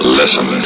listen